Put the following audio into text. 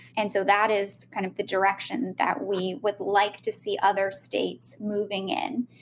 and so that is kind of the direction that we would like to see other states moving in,